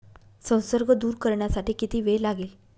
संसर्ग दूर करण्यासाठी किती वेळ लागेल?